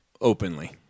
openly